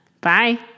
Bye